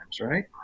right